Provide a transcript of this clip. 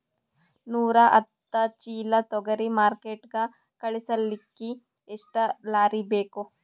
ನೂರಾಹತ್ತ ಚೀಲಾ ತೊಗರಿ ಮಾರ್ಕಿಟಿಗ ಕಳಸಲಿಕ್ಕಿ ಎಷ್ಟ ಲಾರಿ ಬೇಕು?